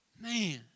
Man